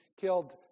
killed